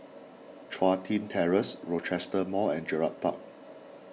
Chun Tin Terrace Rochester Mall and Gerald Park